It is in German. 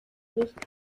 nicht